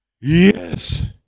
Yes